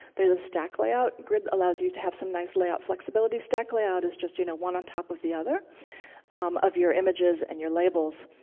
there's a stack layout. grid allows you to have some nice layout flexibility. stack layout is just you know one on top of the other of your images and your labels.